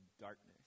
darkness